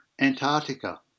Antarctica